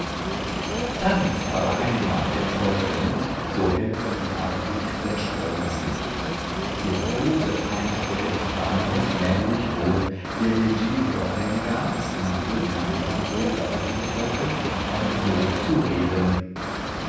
tanzt aber einmal der teufel mit so helfen die artigsten sprünge nicht der böse feind selbst war es nämlich wohl der dem giglio eingab nachdem er ein paar gläser wein getrunken also zu reden